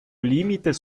límites